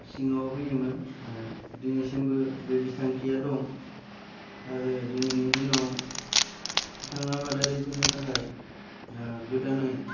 सिङाव होयोमोन दिनैसिमबो बे बिथांखिया दं आरो दिनैनि दिनाव बिथां आबादारिफोरनि थाखाय गोदानै